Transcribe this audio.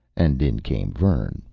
and in came vern.